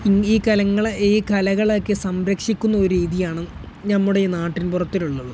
ഈ കലങ്ങളെ ഈ കലകളെയൊക്കെ സംരക്ഷിക്കുന്ന ഒരു രീതിയാണ് ഞമ്മുടെ ഈ നാട്ടിൻ പുറത്തിലുള്ളത്